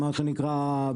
מה שנקרא,